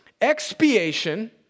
Expiation